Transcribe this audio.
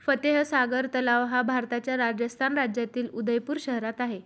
फतेह सागर तलाव हा भारताच्या राजस्थान राज्यातील उदयपूर शहरात आहे